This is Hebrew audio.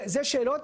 זה שאלות,